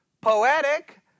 poetic